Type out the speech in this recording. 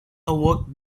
awoke